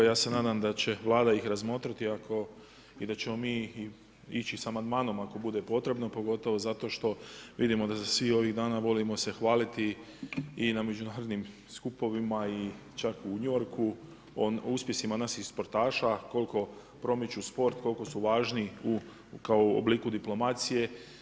Ja se nadam da će Vlada ih razmotriti ako i da ćemo mi i ići sa amandmanom ako bude potrebno, pogotovo zato što vidimo da se svi ovih dana volimo se hvaliti i na međunarodnim skupovima i čak u New Yorku o uspjesima naših sportaša koliko promiču sport, koliko su važni kao u obliku diplomacije.